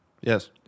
Yes